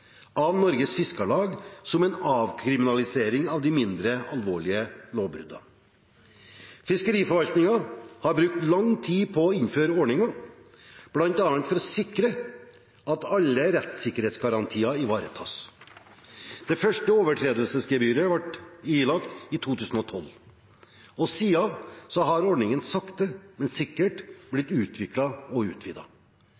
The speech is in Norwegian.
av Norges Fiskarlag som en avkriminalisering av de mindre alvorlige lovbruddene. Fiskeriforvaltningen har brukt lang tid på å innføre ordningen, bl.a. for å sikre at alle rettssikkerhetsgarantier ivaretas. Det første overtredelsesgebyret ble ilagt i 2012, og siden har ordningen sakte, men sikkert